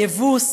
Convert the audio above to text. / יבוס,